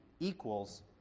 Equals